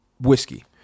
whiskey